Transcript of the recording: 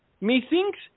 Methinks